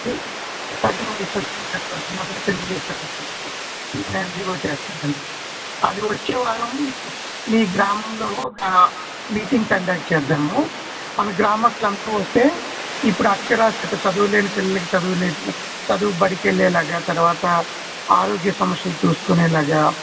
తగినచ్చివచ్చి పెళ్ళి చేసేస్తారు ఎన్జీఓ చేస్తుందండి అది వచ్చేవారం మీ గ్రామంలో ఒక మీటింగ్ కండక్ట్ చేద్దాము మన గ్రామస్థులు అందరు వస్తే ఇప్పుడు అక్షరాస్యత చదువు లేని పిల్లలకి చదువు చదువు బడికెళ్ళేలాగా తర్వాత ఆరోగ్య సమస్యలు చూసుకునేలాగా